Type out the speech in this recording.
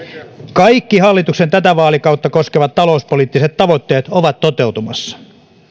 kaikki hallituksen tätä vaalikautta koskevat talouspoliittiset tavoitteet ovat toteutumassa